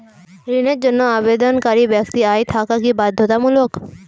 ঋণের জন্য আবেদনকারী ব্যক্তি আয় থাকা কি বাধ্যতামূলক?